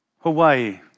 Hawaii